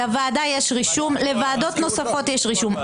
לוועדה יש רישום, לוועדות נוספות יש רישום.